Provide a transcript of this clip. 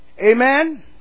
amen